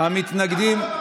המתנגדים,